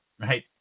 right